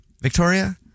victoria